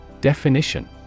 Definition